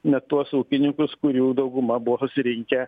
ne tuos ūkininkus kurių dauguma buvo susirinkę